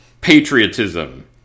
Patriotism